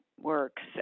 works